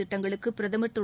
திட்டங்களுக்கு பிரதம் திரு